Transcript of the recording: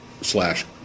slash